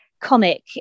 comic